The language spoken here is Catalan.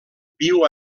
viu